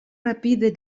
rapide